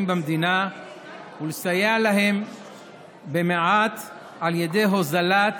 במדינה ולסייע להם במעט על ידי הוזלת